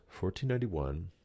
1491